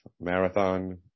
marathon